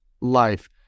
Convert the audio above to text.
life